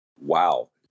wow